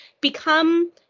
Become